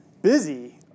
Busy